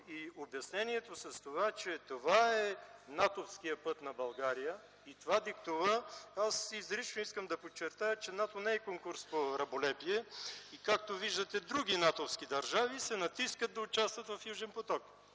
Обяснението, че това е натовският път на България и той диктува това - изрично искам да подчертая, че НАТО не е конкурс по раболепие и както виждате, други натовски държави се натискат да участват в „Южен поток”.